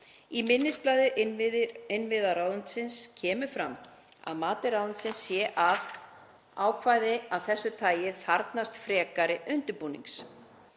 Í minnisblaði innviðaráðuneytis kemur fram að mat ráðuneytisins sé að ákvæði af þessu tagi þarfnist frekari undirbúnings.